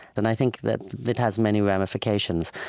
and i think that that has many ramifications.